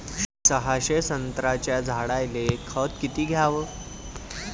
सहाशे संत्र्याच्या झाडायले खत किती घ्याव?